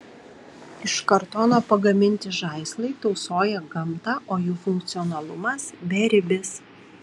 iš kartono pagaminti žaislai tausoja gamtą o jų funkcionalumas beribis